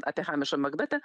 apie hamišą makbetą